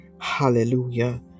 Hallelujah